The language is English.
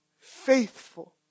faithful